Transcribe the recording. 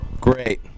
Great